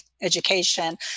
education